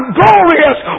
glorious